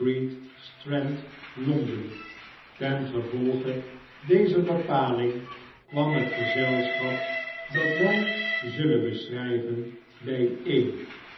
londen ten gevolge dezer bepaling kwam het gezelschap dat wy zullen beschryven by een